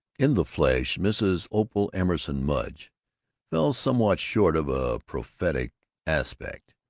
in the flesh, mrs. opal emerson mudge fell somewhat short of a prophetic aspect.